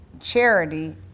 charity